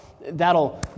that'll